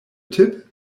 tip